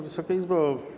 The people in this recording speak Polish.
Wysoka Izbo!